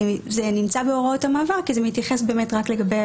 זה נמצא בהוראות המעבר כי זה מתייחס באמת רק לגבי